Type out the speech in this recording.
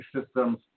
systems